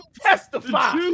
testify